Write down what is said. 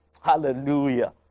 Hallelujah